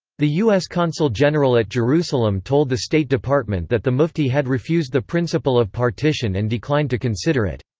the us consul general at jerusalem told the state department that the mufti had refused the principle of partition and declined to consider it.